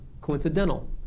coincidental